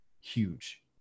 huge